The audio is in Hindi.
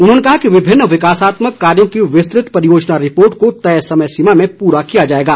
उन्होंने कहा कि विभिन्न विकासात्मक कार्यों की विस्तृत परियोजना रिपोर्ट को तय समय सीमा में पूरा किया जाएगा